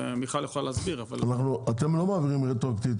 אתם לא מעבירים רטרואקטיבית,